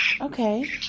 okay